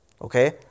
Okay